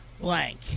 Blank